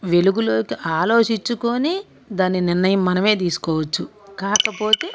వెలుగులోకి ఆలోచించుకొని దాని నిర్ణయం మనమే తీసుకోవచ్చు కాకపోతే